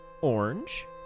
orange